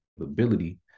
ability